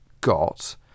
got